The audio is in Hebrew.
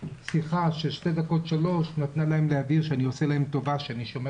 שיחה של 2-3 דקות נתנה להם להבין שאני עושה להם טובה שאני שומר